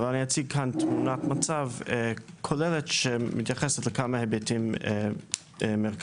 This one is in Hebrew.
אציג כאן תמונת מצב כוללת שמתייחסת לכמה היבטים מרכזיים: